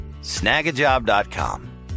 Snagajob.com